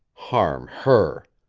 harm her